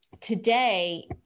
Today